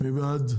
מי בעד?